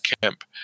camp